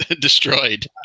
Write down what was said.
destroyed